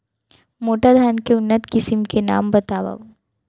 मोटा धान के उन्नत किसिम के नाम बतावव?